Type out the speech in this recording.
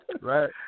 Right